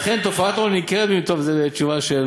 לכן, טוב, זו תשובה של